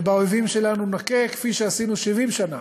ובאויבים שלנו נכה כפי שעשינו 70 שנה,